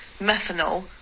methanol